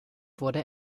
wurde